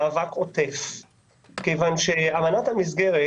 מאבק עוטף כיוון שאמנת המסגרת,